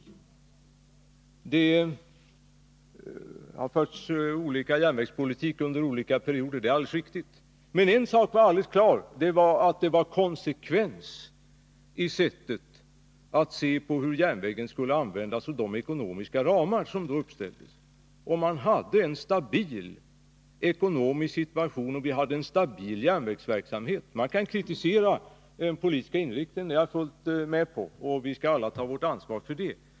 Det är alldeles riktigt att det har förts olika järnvägspolitik under olika perioder. Men en sak är alldeles klar: Det var tidigare konsekvens i sättet att se på hur järnvägen skulle användas inom de ekonomiska ramar som uppställdes. Man hade en stabil ekonomisk situation och en stabil järnvägsverksamhet. Man kan kritisera den politiska inriktningen — det kan jag hålla med om, och vi skall alla ta på oss ansvaret.